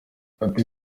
ati